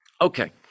Okay